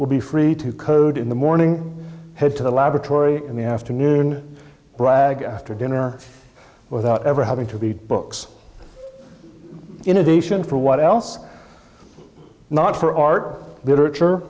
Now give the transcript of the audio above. will be free to code in the morning head to the laboratory in the afternoon brag after dinner without ever having to be books in addition for what else not for art literature